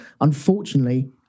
Unfortunately